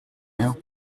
rien